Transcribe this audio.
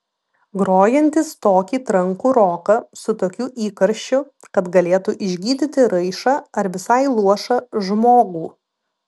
grojantys tokį trankų roką su tokiu įkarščiu kad galėtų išgydyti raišą ar visai luošą žmogų